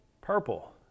Purple